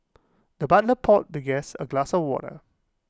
the butler poured the guest A glass of water